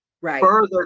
further